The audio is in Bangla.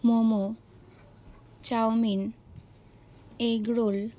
momo chowmein egg role